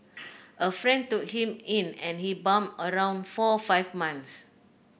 a friend took him in and he bummed around for five months